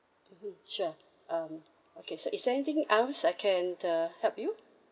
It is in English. mm sure um okay so is there anything else I can uh help you